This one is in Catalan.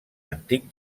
antic